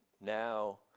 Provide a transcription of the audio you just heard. now